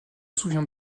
souvient